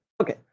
Okay